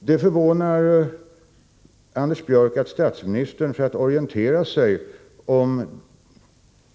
Det förvånar Anders Björck att statsministern för att orientera sig om